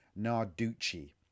Narducci